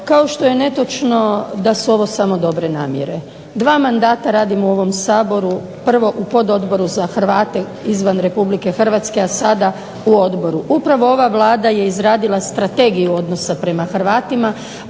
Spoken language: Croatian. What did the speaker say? kao što je netočno da su ovo samo dobre namjere. Dva mandata radim u ovom Saboru, prvo u pododboru za Hrvate izvan RH, a sada u odboru. Upravo ova Vlada je izradila strategiju odnosa prema Hrvatima,